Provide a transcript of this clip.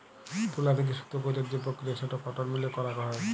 তুলো থেক্যে সুতো কইরার যে প্রক্রিয়া সেটো কটন মিলে করাক হয়